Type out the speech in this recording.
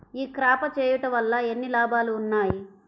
ఈ క్రాప చేయుట వల్ల ఎన్ని లాభాలు ఉన్నాయి?